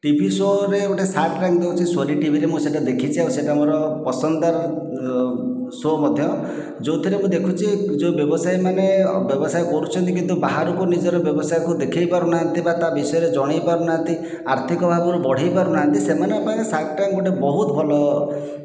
TV ଶୋରେ ଗୋଟିଏ shark tank ଦେଉଛି ସୋନି ଟିଭିରେ ମୁଁ ସେଇଟା ଦେଖିଛି ଆଉ ସେଇଟା ମୋର ପସନ୍ଦର ଶୋ ମଧ୍ୟ ଯେଉଁଥିରେ ମୁଁ ଦେଖୁଛି ଯେଉଁ ବ୍ୟବସାୟୀ ମାନେ ବ୍ୟବସାୟ କରୁଛନ୍ତି କିନ୍ତୁ ବାହାରକୁ ନିଜର ବ୍ୟବସାୟକୁ ଦେଖେଇ ପାରୁନାହାନ୍ତି ବା ତା' ବିଷୟରେ ଜଣେଇ ପାରୁନାହାନ୍ତି ଆର୍ଥିକ ଅଭାବରୁ ବଢ଼େଇ ପାରୁନାହାନ୍ତି ସେମାନଙ୍କ ପାଖରେ ସାର୍କ ଟ୍ୟାଙ୍କ ଗୋଟିଏ ବହୁତ ଭଲ